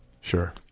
Sure